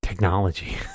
technology